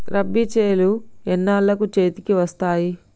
రబీ చేలు ఎన్నాళ్ళకు చేతికి వస్తాయి?